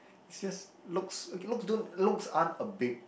it's just looks okay looks don't looks aren't a big